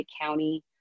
County